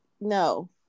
no